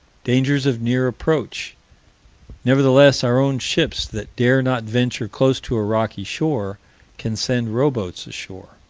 dangers of near approach nevertheless our own ships that dare not venture close to a rocky shore can send rowboats ashore